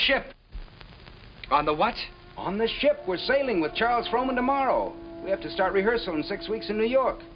ship on the watch on the ship was sailing with charles frohman tomorrow we have to start rehearsal in six weeks in new york